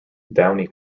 downy